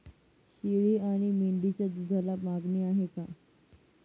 शेळी आणि मेंढीच्या दूधाला मागणी आहे का?